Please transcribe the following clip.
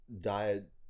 diet